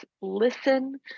listen